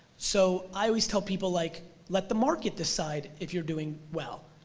so i always tell people like let the market decide if you're doing well,